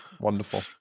Wonderful